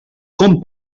com